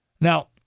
Now